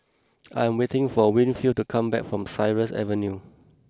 I am waiting for Winfield to come back from Cypress Avenue